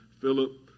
Philip